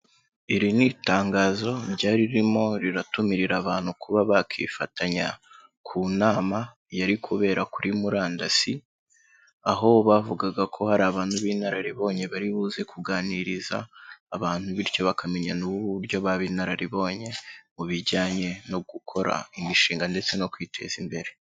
Iri ni itangazo ryari ririmo riratumirira abantu kuba bakifatanya ku nama yari kubera kuri murandasi. Aho bavugaga ko hari abantu b'intararibonye baribuze kuganiriza abantu bityo bakamenya n'uburyo baba inararibonye, mu bijyanye no gukora imishinga ndetse no kwiteza imbere.